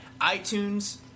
iTunes